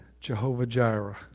Jehovah-Jireh